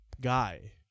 Guy